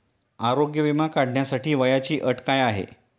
आरोग्य विमा काढण्यासाठी वयाची अट काय आहे?